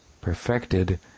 perfected